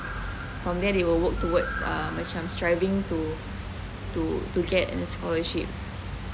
from there they will work towards uh macam striving to to get a scholarship